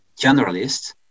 generalists